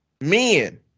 Men